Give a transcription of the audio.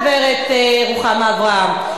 גברת רוחמה אברהם,